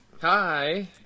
Hi